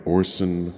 Orson